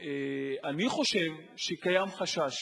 אני חושב שקיים חשש